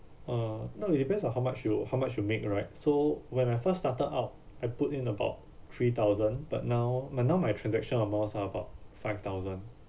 uh no it depends on how much you how much you make right so when I first started out I put in about three thousand but now but now my transaction amounts are about five thousand